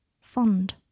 Fond